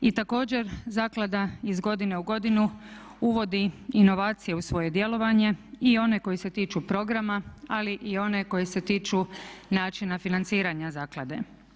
I također zaklada iz godine u godinu uvodi inovacije u svoje djelovanje i one koji se tiču programa ali i one koji se tiču načina financiranja zaklade.